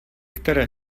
které